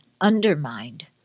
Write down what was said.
undermined